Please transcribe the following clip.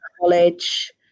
college